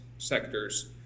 Sectors